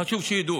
חשוב שידעו.